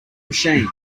machine